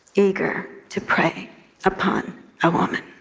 eager to prey upon a woman?